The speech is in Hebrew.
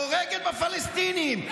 הורגת בפלסטינים.